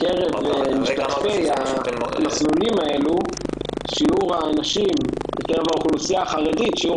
מקרב משתתפי המסלולים האלה בקרב האוכלוסייה החרדית שיעור